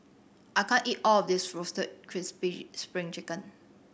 I can't eat all of this Roasted Crispy Spring Chicken